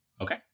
Okay